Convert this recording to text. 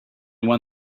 one